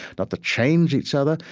not to change each other,